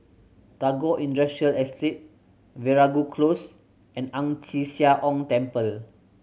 Tagore Industrial Estate Veeragoo Close and Ang Chee Sia Ong Temple